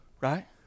right